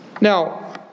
Now